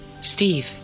Steve